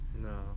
No